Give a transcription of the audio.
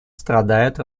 страдают